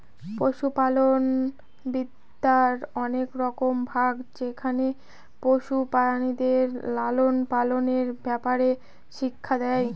পশুপালনবিদ্যার অনেক রকম ভাগ যেখানে পশু প্রাণীদের লালন পালনের ব্যাপারে শিক্ষা দেয়